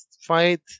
fight